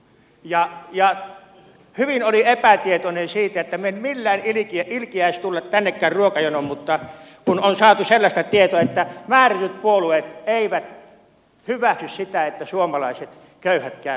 ja hyvin oli epätietoinen ei millään ilkiäisi tulla tännekään ruokajonoon kun on saatu sellaista tietoa että määrätyt puolueet eivät hyväksy sitä että suomalaiset köyhät käyvät ruokaa hakemassa